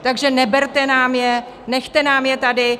Takže neberte nám je, nechte nám je tady.